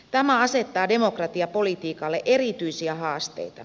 tämä asettaa demokratiapolitiikalle erityisiä haasteita